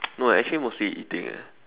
no actually mostly eating eh